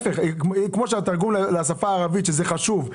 כמו שיש תרגום לשפה הערבית שזה חשוב,